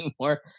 anymore